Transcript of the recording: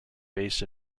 based